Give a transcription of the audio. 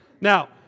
Now